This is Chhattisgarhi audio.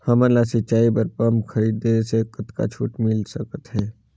हमन ला सिंचाई बर पंप खरीदे से कतका छूट मिल सकत हे?